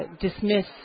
dismiss